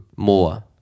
More